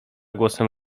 głosem